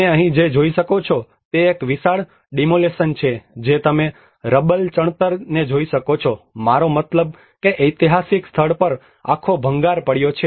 તમે અહીં જે જોઈ શકો છો તે એક વિશાળ ડિમોલિશન છે જે તમે રબલ ચણતરને જોઈ શકો છો મારો મતલબ કે એતિહાસિક સ્થળ પર આખો ભંગાર પડ્યો છે